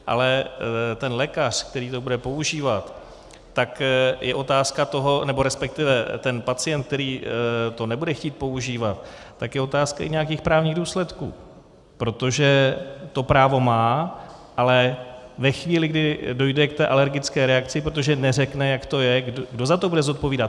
Ale ten lékař, který to bude používat, tak je otázka toho... nebo resp. ten pacient, který to nebude chtít používat, tak je otázka i nějakých právních důsledků, protože to právo má, ale ve chvíli, kdy dojde k té alergické reakci, protože neřekne, jak to je, kdo za to bude zodpovídat?